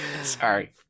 Sorry